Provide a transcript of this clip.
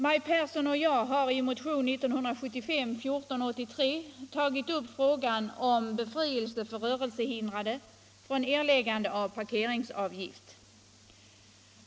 Maj Pehrsson och jag har i motionen 1975:1483 tagit upp frågan om befrielse för rörelsehindrade från erläggande av parkeringsavgift.